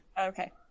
Okay